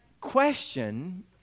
question